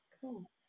cool